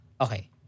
Okay